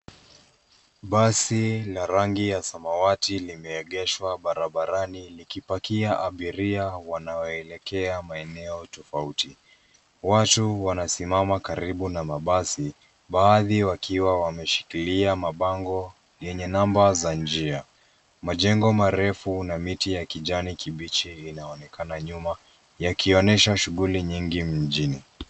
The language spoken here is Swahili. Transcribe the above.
Basi la rangi ya samawati limeegeshwa barabarani likipakia abiria wanaolekea maeneo tofauti. Watu wanasimama karibu na mabasi, baadhi wakiwa wameshikilia mabango yenye namba za njia. Majengo marefu na miti ya kijani kibichi inaonekana nyuma, yakionyesha shughuli nyingi mjini.